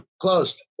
closed